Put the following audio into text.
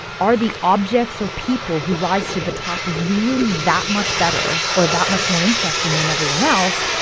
are the objects or people who rise to the top really that much better or that much more interesting than everyone else?